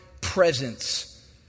presence